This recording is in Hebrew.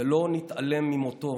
ולא נתעלם ממותו.